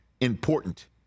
important